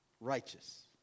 righteous